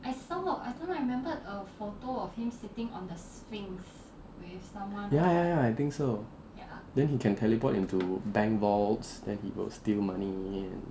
ya ya ya I think so then he can teleport into bank vaults then he will steal money